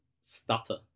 stutter